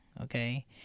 okay